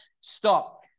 stop